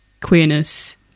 queerness